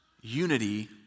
unity